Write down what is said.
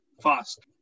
fast